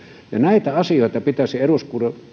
näitä asioita pitäisi eduskunnassa